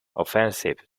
offensive